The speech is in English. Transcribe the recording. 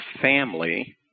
family